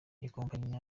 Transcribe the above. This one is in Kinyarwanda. ikompanyi